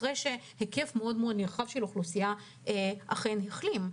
אחרי שהיקף מאוד נרחב של אוכלוסייה אכן החלים.